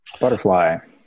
Butterfly